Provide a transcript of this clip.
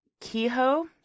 Kehoe